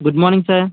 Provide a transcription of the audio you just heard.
good morning sir